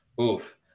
Oof